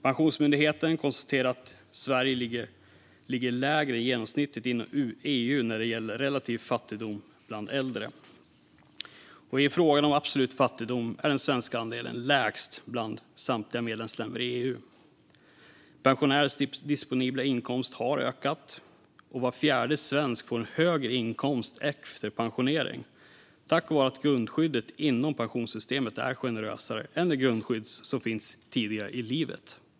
Pensionsmyndigheten konstaterar att Sverige ligger lägre än genomsnittet inom EU när det gäller relativ fattigdom bland äldre. När det gäller absolut fattigdom är den svenska andelen lägst bland samtliga medlemsländer i EU. Pensionärers disponibla inkomst har ökat, och var fjärde svensk får en högre inkomst efter pensionering tack vare att grundskyddet inom pensionssystemet är generösare än de grundskydd som finns tidigare i livet.